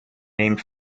named